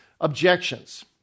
objections